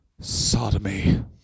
sodomy